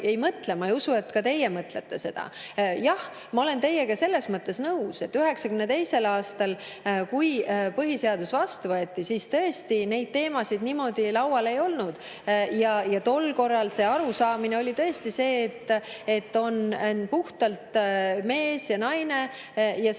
Ma ei usu, et ka teie seda mõtlete. Jah, ma olen teiega selles mõttes nõus, et 1992. aastal, kui põhiseadus vastu võeti, siis tõesti neid teemasid niimoodi laual ei olnud. Tol korral oli arusaamine tõesti see, et on puhtalt mees ja naine ning